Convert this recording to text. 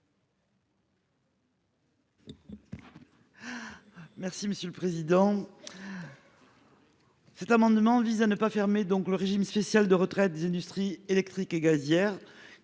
l'amendement n° 1624. Cet amendement vise à ne pas fermer le régime spécial de retraite des industries électriques et gazières,